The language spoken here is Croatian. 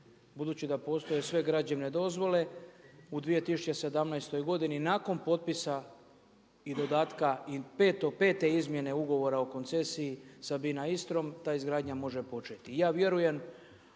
budući da postoje sve građevne dozvole u 2017. godini nakon potpisa i dodatka i pete izmjene ugovora o koncesiji sa BINA Istrom ta izgradnja može početi.